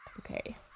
okay